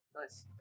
Nice